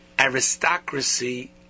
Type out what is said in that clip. aristocracy